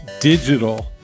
digital